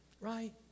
Right